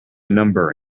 number